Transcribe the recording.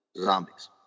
Zombies